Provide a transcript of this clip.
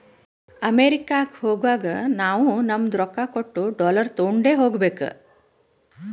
ಅಮೆರಿಕಾಗ್ ಹೋಗಾಗ ನಾವೂ ನಮ್ದು ರೊಕ್ಕಾ ಕೊಟ್ಟು ಡಾಲರ್ ತೊಂಡೆ ಹೋಗ್ಬೇಕ